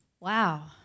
Wow